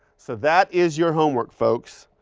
so that is your homework, folks.